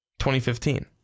2015